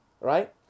right